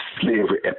slavery